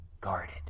guarded